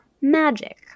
magic